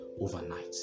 overnight